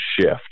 shift